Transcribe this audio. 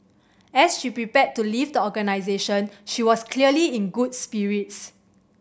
as she prepared to leave the organisation she was clearly in good spirits